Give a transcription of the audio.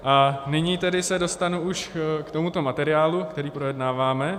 A nyní tedy se dostanu už k tomuto materiálu, který projednáváme.